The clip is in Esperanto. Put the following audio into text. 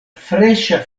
freŝa